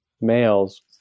males